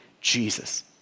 Jesus